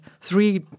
three